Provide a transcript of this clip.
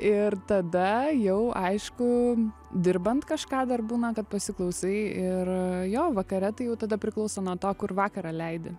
ir tada jau aišku dirbant kažką dar būna kad pasiklausai ir jo vakare tai jau tada priklauso nuo to kur vakarą leidi